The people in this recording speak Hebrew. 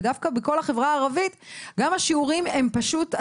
ודווקא בכל החברה הערבית גם השיעורים עצומים